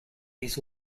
his